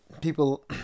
people